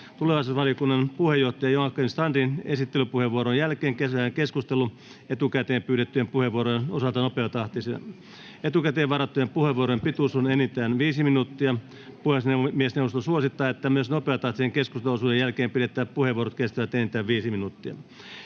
Tulevaisuusvaliokunnan puheenjohtajan Joakim Strandin esittelypuheenvuoron jälkeen keskustelu käydään etukäteen pyydettyjen puheenvuorojen osalta nopeatahtisena. Etukäteen varattujen puheenvuorojen pituus on enintään viisi minuuttia. Puhemiesneuvosto suosittaa, että myös nopeatahtisen keskusteluosuuden jälkeen pidettävät puheenvuorot kestävät enintään viisi minuuttia.